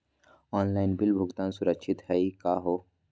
Online bill भुगतान सुरक्षित हई का हो?